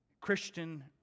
Christian